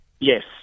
Yes